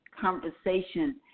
conversation